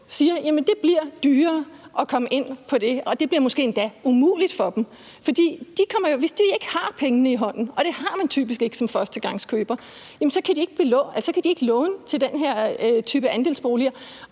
siger: Det bliver dyrere at komme ind på det marked, og det bliver måske endda umuligt for dem. For hvis de ikke har pengene i hånden, og det har man typisk ikke som førstegangskøber, kan de ikke låne til den her type andelsboliger.